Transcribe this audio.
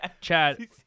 Chad